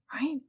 right